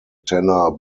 tanner